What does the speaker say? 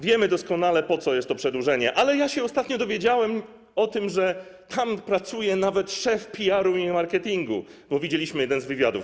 Wiemy doskonale, po co jest to przedłużenie, ale ja się ostatnio dowiedziałem o tym, że tam pracuje nawet szef PR-u i marketingu, bo widzieliśmy jeden z wywiadów.